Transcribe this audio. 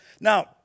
Now